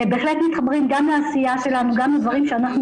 הם בהחלט מתחברים גם לעשייה שלנו גם לדברים שאנחנו